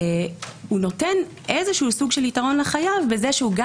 הוא נותן איזשהו סוג של יתרון לחייב בכך שהוא גם